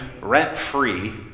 rent-free